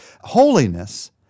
Holiness